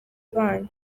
abana